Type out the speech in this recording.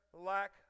lack